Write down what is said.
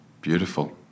beautiful